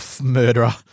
murderer